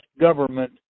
government